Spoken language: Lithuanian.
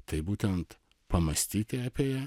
tai būtent pamąstyti apie ją